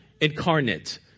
incarnate